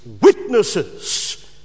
witnesses